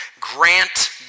Grant